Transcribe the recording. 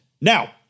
now